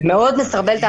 מה שעוד יותר מסרבל את זה.